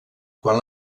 quan